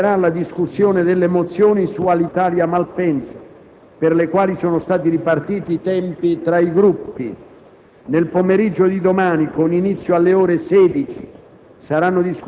si passerà alla discussione delle mozioni su Alitalia-Malpensa, per le quali sono stati ripartiti tempi tra i Gruppi. Nel pomeriggio di domani, con inizio alle ore 16,